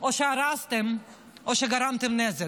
או שהרסתם או שגרמתם נזק.